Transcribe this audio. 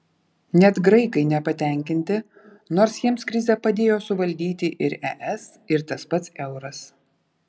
net graikai nepatenkinti nors jiems krizę padėjo suvaldyti ir es ir tas pats euras